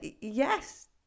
yes